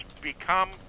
become